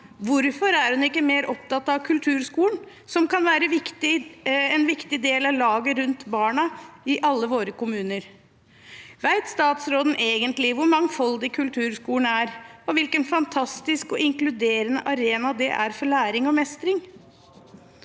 Hvorfor er hun ikke mer opptatt av kulturskolen, som kan være en viktig del av laget rundt barna i alle våre kommuner? Vet statsråden egentlig hvor mangfoldig kulturskolen er, og hvilken fantastisk og inkluderende arena den er for læring og mestring?